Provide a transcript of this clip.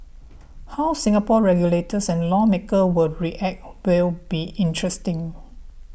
how Singapore's regulators and lawmakers will react will be interesting